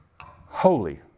Holy